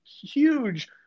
huge